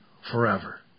forever